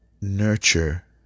nurture